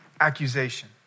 accusation